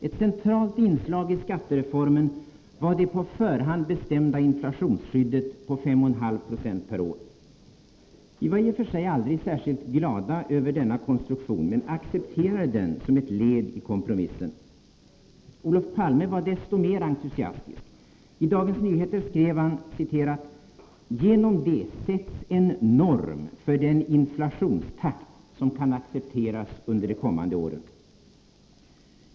Ett centralt inslag i skattereformen var det på förhand bestämda inflationsskyddet på 5,5 26 per år. Vi var i och för sig aldrig särskilt glada över denna konstruktion men accepterade den som ett led i kompromissen. Olof Palme var desto mer entusiastisk. I Dagens Nyheter skrev han att genom det sätts en norm för den inflationstakt som kan accepteras under de kommande åren.